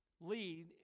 lead